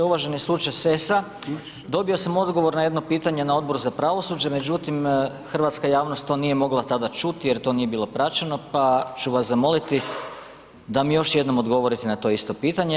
Uvaženi suče Sesa, dobio sam odgovor na jedno pitanje na Odboru za pravosuđe, međutim hrvatska javnost to nije tada mogla čuti jer to nije bilo praćeno pa ću vas zamoliti da mi još jednom odgovorite na to isto pitanje.